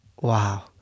wow